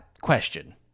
Question